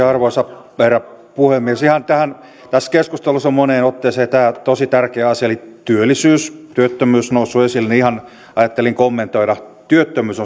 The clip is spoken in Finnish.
arvoisa herra puhemies kun tässä keskustelussa on moneen otteeseen tämä tosi tärkeä asia eli työllisyys ja työttömyys noussut esille niin ihan ajattelin kommentoida työttömyys